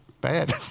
bad